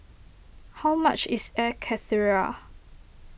how much is Air Karthira